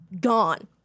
gone